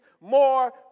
more